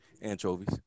Anchovies